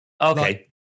Okay